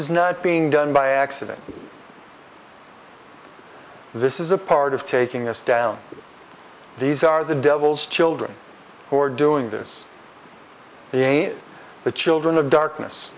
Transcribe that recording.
is not being done by accident this is a part of taking us down these are the devils children who are doing this the the children of darkness